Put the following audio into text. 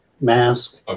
mask